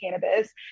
cannabis